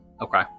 Okay